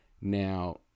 Now